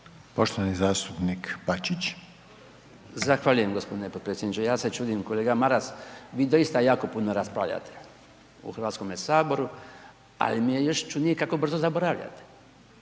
**Bačić, Branko (HDZ)** Zahvaljujem g. potpredsjedniče. Ja se čudim kolega Maras, vi doista jako puno raspravljate u Hrvatskome saboru ali mi je još čudnije kako brzo zaboravljate.